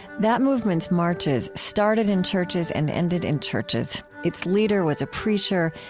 that movement's marches started in churches and ended in churches. its leader was a preacher,